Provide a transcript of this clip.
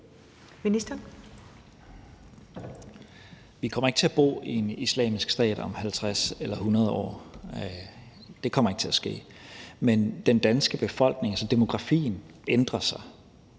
Tesfaye): Vi kommer ikke til at bo i en islamisk stat om 50 eller 100 år; det kommer ikke til at ske. Men den danske befolkning, altså demografien, ændrer sig,